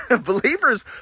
believers